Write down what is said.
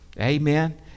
Amen